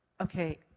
Okay